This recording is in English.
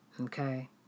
okay